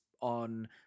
on